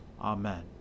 Amen